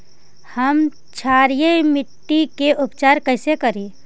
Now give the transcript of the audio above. हम क्षारीय मिट्टी के उपचार कैसे करी?